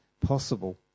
possible